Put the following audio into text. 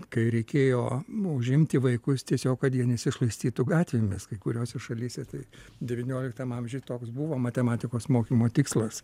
kai reikėjo užimti vaikus tiesiog kad jie nesišlaistytų gatvėmis kai kuriose šalyse tai devynioliktam amžiuj toks buvo matematikos mokymo tikslas